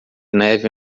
neve